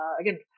Again